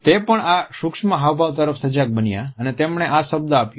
તે પણ આ સૂક્ષ્મ હાવભાવ તરફ સજાગ બન્યા અને તેમણે આ શબ્દ આપ્યો